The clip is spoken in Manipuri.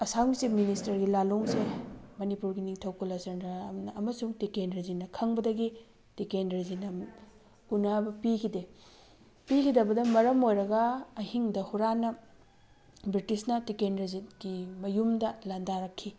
ꯑꯁꯥꯝꯒꯤ ꯆꯤꯐ ꯃꯤꯅꯤꯁꯇꯔꯒꯤ ꯂꯥꯂꯣꯡꯁꯦ ꯃꯅꯤꯄꯨꯔꯒꯤ ꯅꯤꯡꯊꯧ ꯀꯨꯂꯆꯟꯗ꯭ꯔ ꯑꯃꯁꯨꯡ ꯇꯤꯀꯦꯟꯗ꯭ꯔꯖꯤꯠꯅ ꯈꯪꯕꯗꯒꯤ ꯇꯤꯀꯦꯟꯗ꯭ꯔꯖꯤꯠꯅ ꯎꯅꯕ ꯄꯤꯈꯤꯗꯦ ꯄꯤꯈꯤꯗꯕꯅ ꯃꯔꯝ ꯑꯣꯏꯔꯒ ꯑꯍꯤꯡꯗ ꯍꯨꯔꯥꯟꯅ ꯕ꯭ꯔꯤꯇꯤꯁꯅ ꯇꯤꯀꯦꯟꯗ꯭ꯔꯖꯤꯠꯀꯤ ꯃꯌꯨꯝꯗ ꯂꯥꯟꯗꯥꯔꯛꯈꯤ